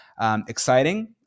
Exciting